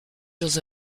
dans